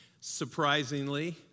Surprisingly